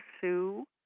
Sue